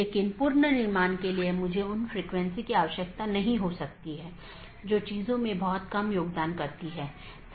क्योंकि जब यह BGP राउटर से गुजरता है तो यह जानना आवश्यक है कि गंतव्य कहां है जो NLRI प्रारूप में है